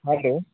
hello